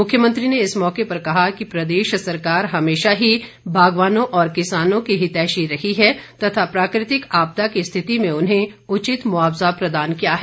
मुख्यमंत्री ने इस मौके पर कहा कि प्रदेश सरकार हमेशा ही बागवानों और किसानों की हितेशी रही है तथा प्राकृतिक आपदा की स्थिति में उन्हें उचित मुआवजा प्रदान किया है